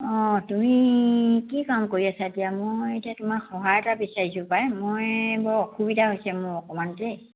অঁ তুমি কি কাম কৰি আছা এতিয়া মই এতিয়া তোমাৰ সহায় এটা বিচাৰিছোঁ পায় মই বৰ অসুবিধা হৈছে মোৰ অকণমান দেই